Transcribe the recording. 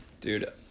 Dude